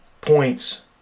points